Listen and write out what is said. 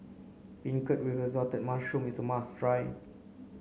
Beancurd with Assorted Mushrooms is a must try